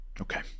Okay